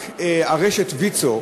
רק רשת ויצו,